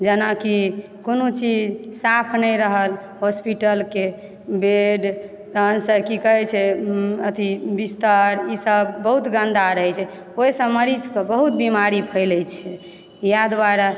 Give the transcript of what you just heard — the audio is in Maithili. जेनाकि कोनो चीज साफ नहि रहल हॉस्पिटलके बेड तहन से की कहय छै अथी बिस्तर ईसभ बहुत गन्दा रहैत छै ओहिसँ मरीजकऽ बहुत बीमारी फैलय छै इएह दुआरे